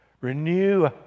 Renew